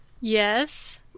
Yes